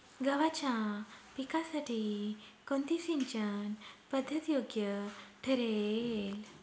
गव्हाच्या पिकासाठी कोणती सिंचन पद्धत योग्य ठरेल?